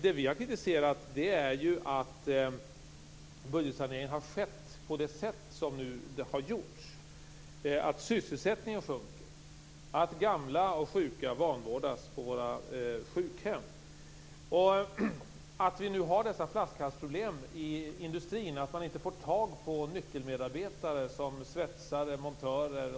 Det vi har kritiserat är det sätt på vilket budgetsaneringen har skett, så att sysselsättningen sjunker, gamla och sjuka vanvårdas på våra sjukhem och vi nu har dessa flaskhalsproblem i industrin, med följden att man inte får tag på nyckelmedarbetare såsom svetsare och montörer.